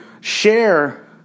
share